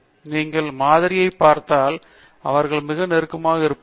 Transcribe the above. நீங்கள் மாதிரியைப் பார்த்தால் அவர்கள் மிகவும் நெருக்கமாக இருப்பார்கள்